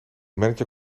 manager